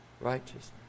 righteousness